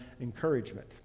encouragement